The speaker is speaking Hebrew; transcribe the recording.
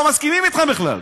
לא מסכימים אתכם בכלל,